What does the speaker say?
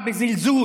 בזלזול,